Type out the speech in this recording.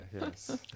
Yes